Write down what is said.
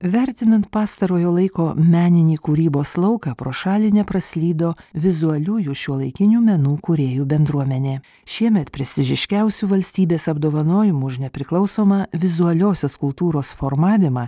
vertinant pastarojo laiko meninį kūrybos lauką pro šalį nepraslydo vizualiųjų šiuolaikinių menų kūrėjų bendruomenė šiemet prestižiškiausiu valstybės apdovanojimu už nepriklausomą vizualiosios kultūros formavimą